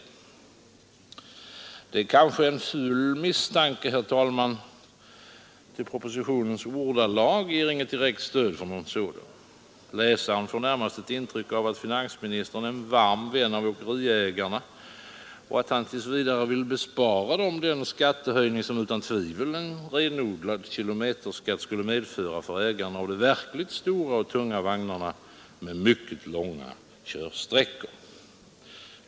Det är kanske en ful misstanke, herr talman, eftersom propositionens ordalag inte ger direkt stöd för någon sådan. Läsaren får närmast ett intryck av att finansministern är en varm vän av åkeriägarna och att han tills vidare vill bespara dem den skattehöjning som utan tvivel en renodlad kilometerskatt skulle medföra för ägarna av de verkligt stora och tunga vagnarna med mycket långa körsträckor.